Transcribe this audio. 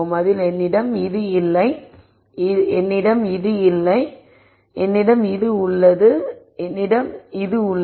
அதில் என்னிடம் இது இல்லை இது என்னிடம் இல்லை இது என்னிடம் உள்ளது என்னிடம் இது உள்ளது